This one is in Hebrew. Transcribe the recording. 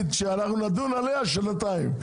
שאנחנו נדון עליה שנתיים.